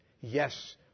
Yes